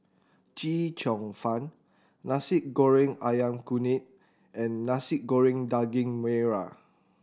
Chee Cheong Fun Nasi Goreng Ayam Kunyit and Nasi Goreng Daging Merah